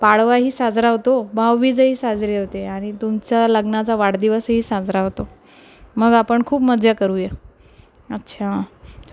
पाडवाही साजरा होतो भाऊबीजही साजरे होते आणि तुमचा लग्नाचा वाढदिवसही साजरा होतो मग आपण खूप मज्जा करूया अच्छा